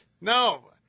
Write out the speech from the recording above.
No